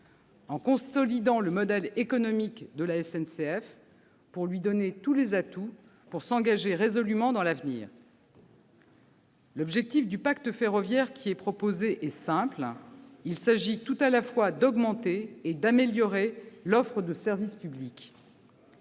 elle consolide le modèle économique de la SNCF afin de lui donner tous les atouts pour s'engager résolument dans l'avenir. L'objectif du pacte ferroviaire proposé est simple : il s'agit tout à la fois d'augmenter et d'améliorer l'offre de service public.